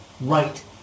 right